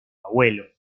abuelo